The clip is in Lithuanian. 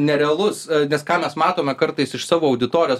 nerealus nes ką mes matome kartais iš savo auditorijos